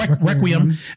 Requiem